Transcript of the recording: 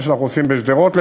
כמו שאנחנו עושים בשדרות,